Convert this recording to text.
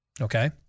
okay